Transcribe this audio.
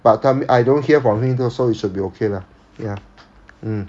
but time I don't hear from him so it should be okay lah ya